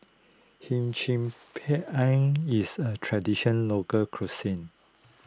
Him Chim Peng is a tradition local cuisine